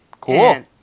Cool